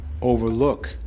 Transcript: Overlook